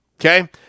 okay